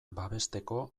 babesteko